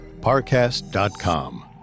parcast.com